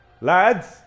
Lads